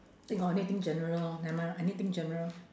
think of anything general lor never mind lor anything general